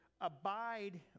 abide